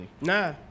Nah